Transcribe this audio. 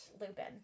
Lupin